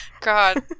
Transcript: God